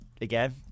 Again